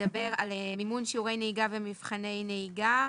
מדבר על מימון שיעורי נהיגה ומבחני נהיגה.